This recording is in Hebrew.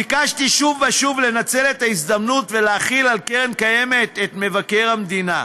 ביקשתי שוב ושוב לנצל את ההזדמנות ולהחיל על קרן קיימת את מבקר המדינה.